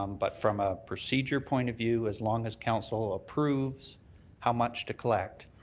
um but from a procedure point of view, as long as council approves how much to collect,